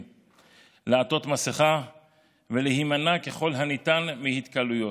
לעטות מסכה ולהימנע ככל הניתן מהתקהלות.